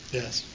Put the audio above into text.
yes